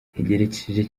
ntegereje